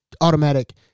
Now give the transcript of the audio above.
automatic